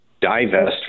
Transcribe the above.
divest